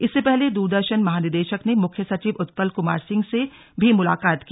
इससे पहले दूरदर्शन महानिदेशक ने मुख्य सचिव उत्पल कुमार सिंह से भी मुलाकात की